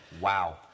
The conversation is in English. Wow